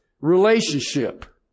relationship